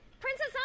Princess